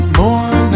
more